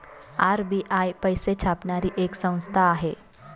RBI पैसे छापणारी एक संस्था आहे